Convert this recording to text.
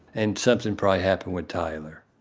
and something probably happened with tyler.